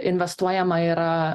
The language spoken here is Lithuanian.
investuojama yra